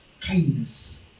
Kindness